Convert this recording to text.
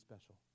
special